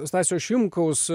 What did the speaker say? stasio šimkaus